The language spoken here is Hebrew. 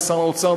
ושר האוצר,